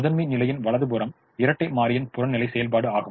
முதன்மை நிலையின் வலது புறம் இரட்டை மாறியின் புறநிலை செயல்பாடு ஆகும்